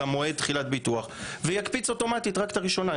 מועד תחילת הביטוח ויקפיץ אוטומטית רק את הראשונה.